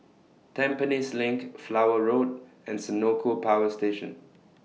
Tampines LINK Flower Road and Senoko Power Station